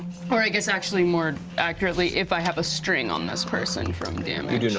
or i guess actually, more accurately, if i have a string on this person from damage.